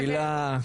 הילה.